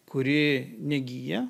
kuri negyja